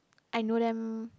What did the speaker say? I know them